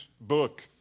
book